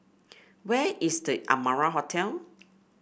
where is The Amara Hotel